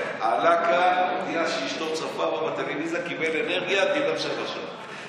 להצטלם בחדר העגלגל שלך בלשכת ראש הממשלה,